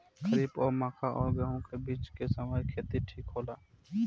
खरीफ और मक्का और गेंहू के बीच के समय खेती ठीक होला?